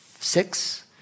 six